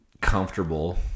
comfortable